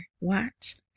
Watch